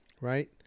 right